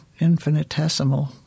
infinitesimal